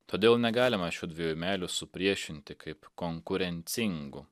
todėl negalima šių dviejų meilių supriešinti kaip konkurencingų